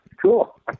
Cool